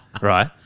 right